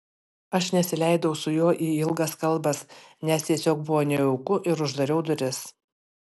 aš nesileidau su juo į ilgas kalbas nes tiesiog buvo nejauku ir uždariau duris